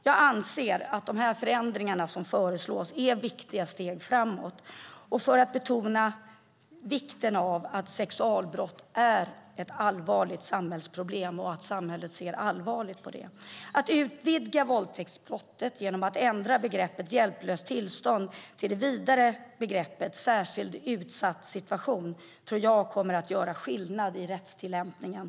Jag anser att de förändringar som föreslås är viktiga steg framåt för att betona vikten av att sexualbrott är ett allvarligt samhällsproblem och att samhället ser allvarligt på det. Att utvidga våldtäktsbrottet genom att ändra begreppet "hjälplöst tillstånd" till det vidare begreppet "särskilt utsatt situation" tror jag kommer att göra skillnad i rättstillämpningen.